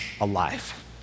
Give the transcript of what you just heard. alive